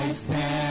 stand